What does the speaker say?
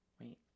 wait